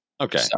Okay